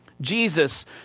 Jesus